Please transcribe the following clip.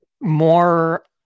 more